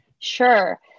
Sure